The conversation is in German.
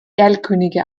erlkönige